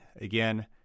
Again